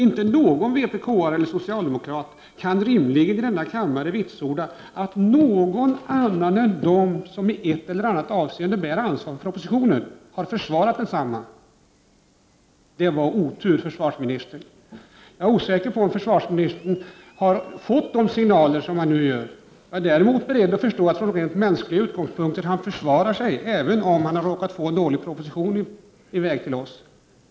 Inte någon vpk-are eller socialdemokrat i denna kammare kan rimligen vitsorda att någon annan än de som i ett eller annat avseende bär ansvar för propositionen har försvarat densamma. Det var otur, försvarsministern! Jag är osäker på om försvarsministern har fått de signaler som det nu är fråga om. Däremot kan jag förstå att han från rent mänskliga utgångspunkter försvarar sig, även om han har råkat få en dålig proposition åt oss.